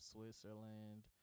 Switzerland